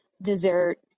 Dessert